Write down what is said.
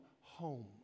home